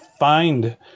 find